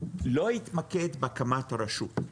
לא התמקד בהקמת הרשות.